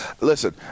Listen